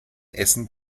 essen